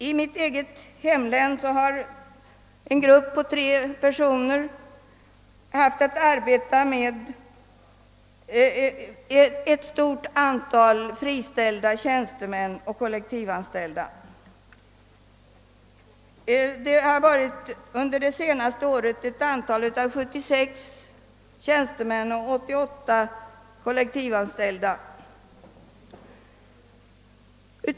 I mitt eget hemlän har en grupp på tre personer haft att göra med ett stort antal friställda tjänstemän och kollektivanställda; det har under det senaste året varit fråga om 76 tjänstemän och 88 kollektivanställda.